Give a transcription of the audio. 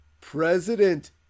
President